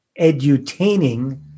edutaining